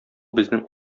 безнең